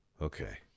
Okay